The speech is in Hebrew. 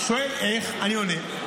שואלים איך, ואני עונה.